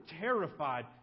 terrified